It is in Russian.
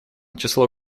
число